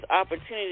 opportunity